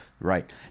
Right